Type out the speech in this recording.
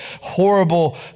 horrible